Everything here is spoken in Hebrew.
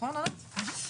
בוקר טוב,